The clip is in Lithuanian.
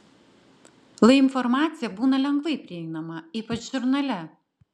lai informacija būna lengvai prieinama ypač žurnale